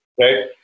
right